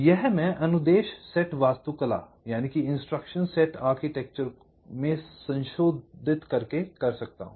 यह मैं अनुदेश सेट वास्तुकला को संशोधित करके कर सकता हूं